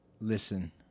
listen